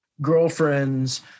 girlfriends